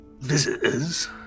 visitors